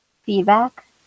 Feedback